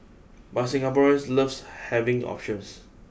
but Singaporeans loves having options